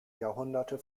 jahrhunderte